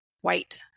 white